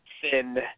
thin